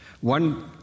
One